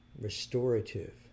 restorative